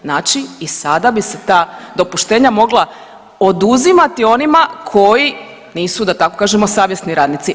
Znači i sada bi se ta dopuštenja mogla oduzimati onima koji nisu da tako kažemo savjesni radnici.